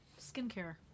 skincare